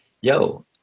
yo